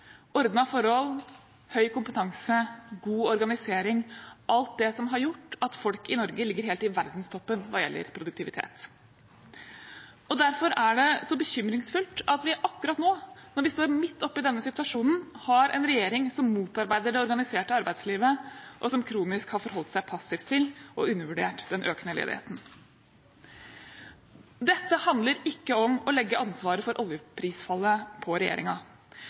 ordnede forhold, høy kompetanse, god organisering – alt det som har gjort at folk i Norge ligger helt i verdenstoppen hva gjelder produktivitet. Derfor er det så bekymringsfullt at vi akkurat nå, når vi står midt oppe i denne situasjonen, har en regjering som motarbeider det organiserte arbeidslivet, og som kronisk har forholdt seg passivt til og undervurdert den økende ledigheten. Dette handler ikke om å legge ansvaret for oljeprisfallet på